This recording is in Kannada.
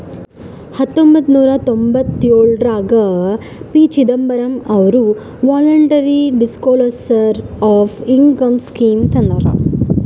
ಹತೊಂಬತ್ತ ನೂರಾ ತೊಂಭತ್ತಯೋಳ್ರಾಗ ಪಿ.ಚಿದಂಬರಂ ಅವರು voluntary disclosure of income scheme ತಂದಾರ